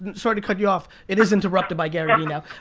and sort of cut you off. it is interrupted by gary i mean ah